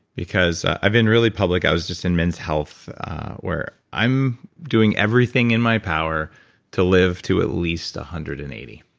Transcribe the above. because i've been really public. i was just in men's health where i'm doing everything in my power to live to at least one hundred and eighty.